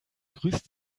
grüßt